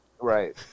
Right